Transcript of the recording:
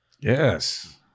Yes